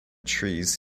trees